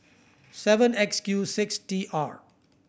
seven X Q six T R